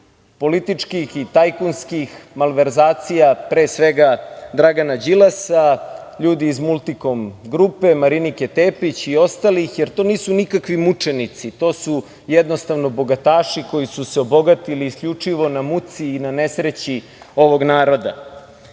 političkih i tajkunskih malverzacija, pre svega, Dragana Đilasa, ljudi iz Multikom grupe, Marinike Tepić i ostalih, jer to nisu nikakvi mučenici. To su jednostavno bogataši koji su se obogatili isključivo na muci i nesreći ovog naroda. Danas